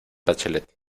bachelet